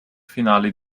finali